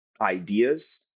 ideas